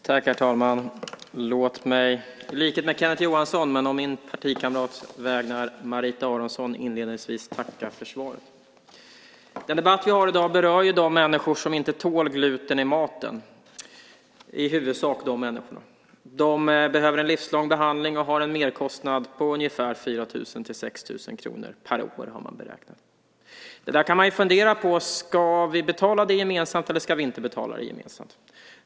Herr talman! Låt mig i likhet med Kenneth Johansson men å min partikamrat Marita Aronsons vägnar inledningsvis tacka för svaret. Den debatt vi har i dag berör i huvudsak de människor som inte tål gluten i maten. De behöver en livslång behandling och har en merkostnad på ungefär 4 000-6 000 kr per år, har man beräknat. Det där kan man fundera på. Ska vi betala det gemensamt eller ska vi inte betala det gemensamt?